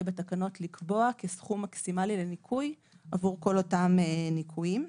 לקבוע בתקנות כסכום מקסימלי לניכוי עבור כל אותם ניכויים,